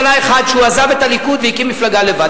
שעזב את הליכוד והקים מפלגה לבד.